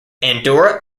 andorra